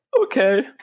Okay